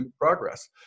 Progress